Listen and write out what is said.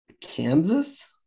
Kansas